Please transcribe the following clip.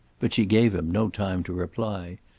but she gave him no time to reply.